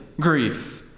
grief